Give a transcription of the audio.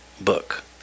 book